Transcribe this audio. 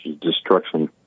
destruction